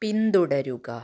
പിന്തുടരുക